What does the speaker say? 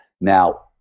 Now